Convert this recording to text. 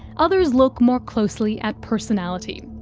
others look more closely at personality.